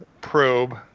probe